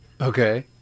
Okay